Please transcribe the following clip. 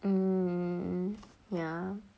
mm ya